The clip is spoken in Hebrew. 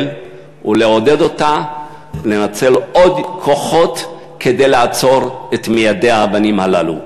ולעודד אותה לנצל עוד כוחות כדי לעצור את מיידי האבנים הללו.